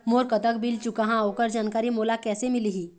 मोर कतक बिल चुकाहां ओकर जानकारी मोला कैसे मिलही?